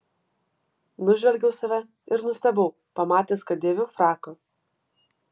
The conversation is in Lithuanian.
nužvelgiau save ir nustebau pamatęs kad dėviu fraką